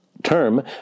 Term